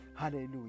Hallelujah